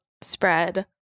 spread